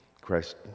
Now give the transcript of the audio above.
Christ